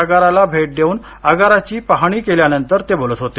आगराला भेट देवून आगाराची पाहणी केल्यानंतर ते बोलत होते